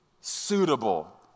suitable